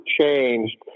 changed